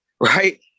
right